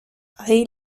ahí